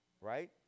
right